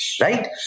right